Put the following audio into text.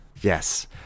Yes